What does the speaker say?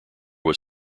was